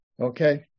Okay